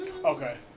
Okay